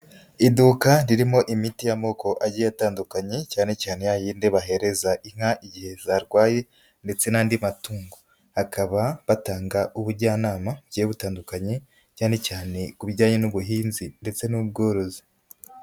Iduka ririmo imiti y'amoko agiye atandukanye, cyane cyane yayindi bahereza inka igihe zarwaye ndetse n'andi matungo, akaba batanga ubujyanama bugiye butandukanye cyane cyane ku bijyanye n'ubuhinzi ndetse n'ubworozi.